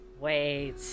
Wait